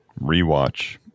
rewatch